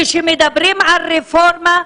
כשמדברים על רפורמה,